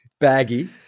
baggy